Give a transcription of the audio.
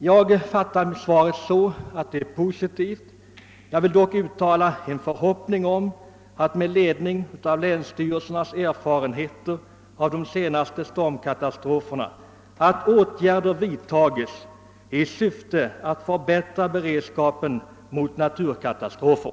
Jag uppfattar svaret på min fråga som positivt men uttalar samtidigt den förhoppningen, att med ledning av länsstyrelsernas erfarenheter av de senaste stormkatastroferna åtgärder vidtages i syfte att förbättra beredskapen mot naturkatastrofer.